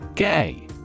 Gay